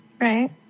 Right